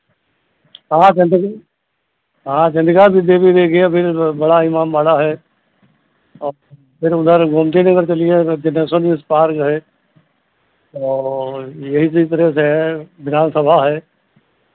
हाँ संतोषी हाँ चन्द्रिका देवी देखिए फिर बड़ा इमामबाड़ा है और फिर उधर गोमती नगर चलिए उधर जनेश्वर मिश्र पार्क है यही चीज़ परोस है विधानसभा है